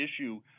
issue